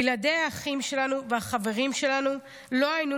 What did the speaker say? בלעדי האחים שלנו והחברים שלנו לא היינו